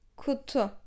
kutu